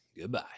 Goodbye